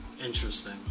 Interesting